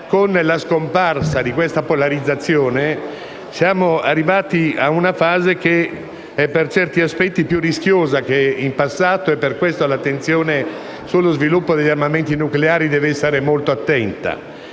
Con la scomparsa di questa polarizzazione siamo arrivati ad una fase che è, per certi aspetti, più rischiosa che in passato e per questo l'attenzione sullo sviluppo degli armamenti nucleari deve restare molto alta.